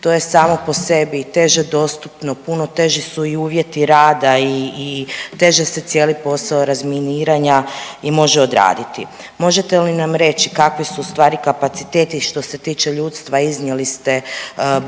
To je samo po sebi teže dostupno, puno teži su i uvjeti rata i teže se cijeli posao razminiranja i može odraditi. Možete li nam reći kakvi su ustvari kapaciteti što se tiče ljudstva, iznijeli ste